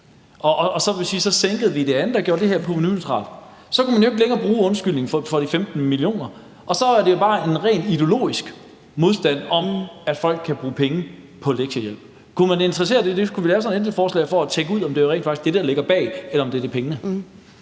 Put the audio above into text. at så sænkede vi det andet og gjorde det her provenuneutralt. Så kunne man ikke længere bruge undskyldningen med de 15 mio. kr., og så er det jo bare en ren ideologisk modstand mod, at folk kan bruge penge på lektiehjælp. Kunne Venstre være interesseret i det? Kunne vi lave sådan et ændringsforslag for at tjekke ud, om det rent faktisk er det, der ligger bag, eller om det er pengene?